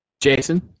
jason